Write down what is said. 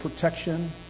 protection